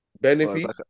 Benefit